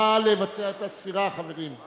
נא לבצע את הספירה, חברים.